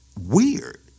weird